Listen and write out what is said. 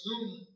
zoom